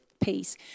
peace